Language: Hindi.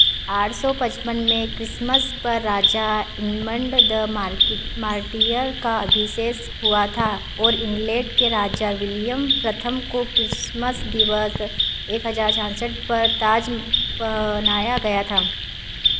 आठ सौ पचपन में क्रिसमस पर राजा इनमंड द मार्टियर का अभिषेक हुआ था और इंग्लैड के राजा विलियम प्रथम को क्रिसमस दिवस एक हज़ार छियासठ पर राज बनाया गया था